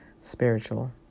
spiritual